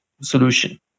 solution